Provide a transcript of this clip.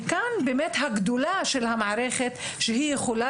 וכאן באמת הגדולה של המערכת שהיא יכולה